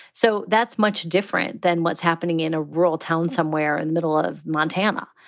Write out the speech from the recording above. so that's much different than what's happening in a rural town somewhere in the middle of montana,